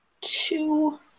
two